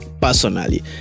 Personally